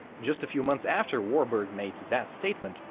just a few months after warburg made that statement,